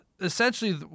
essentially